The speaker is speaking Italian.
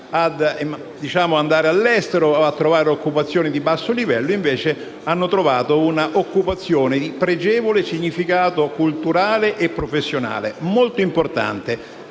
ad andare all'estero o a trovare occupazioni di basso livello e, invece, hanno trovato un'occupazione di pregevole significato culturale e professionale. Ciò è molto importante.